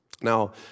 Now